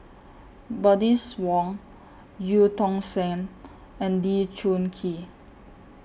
Bernice Wong EU Tong Sen and Lee Choon Kee